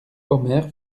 omer